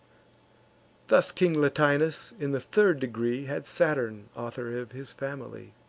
thus king latinus, in the third degree, had saturn author of his family.